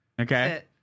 okay